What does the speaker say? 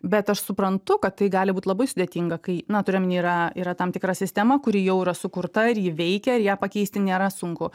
bet aš suprantu kad tai gali būt labai sudėtinga kai na turiu omeny yra yra tam tikra sistema kuri jau yra sukurta ir ji veikia ir ją pakeisti nėra sunku